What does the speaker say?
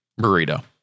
burrito